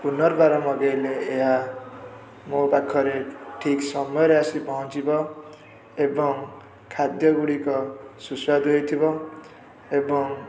ପୁନର୍ବାର ମଗେଇଲେ ଏହା ମୋ ପାଖରେ ଠିକ୍ ସମୟରେ ଆସି ପହଞ୍ଚିବ ଏବଂ ଖାଦ୍ୟଗୁଡ଼ିକ ସୁସ୍ୱାଦୁ ହେଇଥିବ ଏବଂ